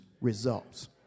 results